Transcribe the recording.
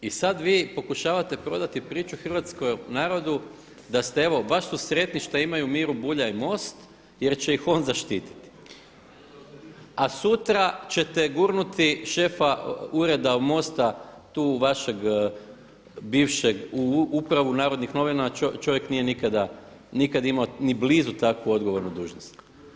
I sada vi pokušavate prodati priču hrvatskom narodu da ste evo baš su sretni što imaju Miru Bulja i MOST jer će ih on štititi, a sutra ćete gurnuti šefa ureda MOST-a vašeg bivšeg u Upravu Narodnih novina, a čovjek nije nikada imao ni blizu tako odgovornu dužnost.